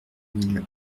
mille